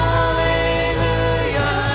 Hallelujah